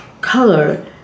color